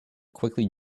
quickly